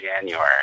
January